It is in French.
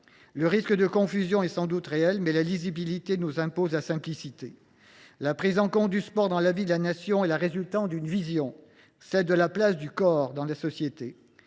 Le risque de confusion est sans doute réel, mais la lisibilité nous impose la simplicité. La prise en compte du sport dans la vie de la Nation résulte d’une vision, celle de la place du corps dans la société.